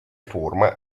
forma